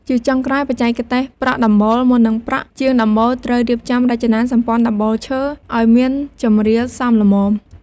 ជាចុងក្រោយបច្ចេកទេសប្រក់ដំបូល មុននឹងប្រក់ ជាងដំបូលត្រូវ រៀបចំរចនាសម្ព័ន្ធដំបូលឈើ ឲ្យមានជម្រាលសមល្មម។